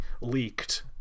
leaked